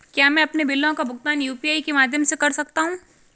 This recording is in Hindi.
क्या मैं अपने बिलों का भुगतान यू.पी.आई के माध्यम से कर सकता हूँ?